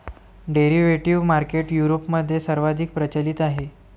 derivative market युरोपमध्ये सर्वाधिक प्रचलित आहे